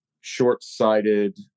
short-sighted